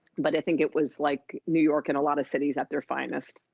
but i think it was like new york and a lot of cities at their finest.